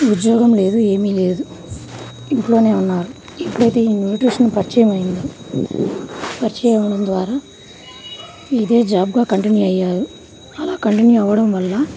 ఉద్యోగం లేదు ఏమీ లేదు ఇంట్లోనే ఉన్నారు ఎప్పుడైతే ఈ న్యూట్రిషన్ పరిచయమైందో పరిచయమవడం ద్వారా ఇదే జాబ్గా కంటిన్యూ అయ్యారు అలా కంటిన్యూ అవడం వల్ల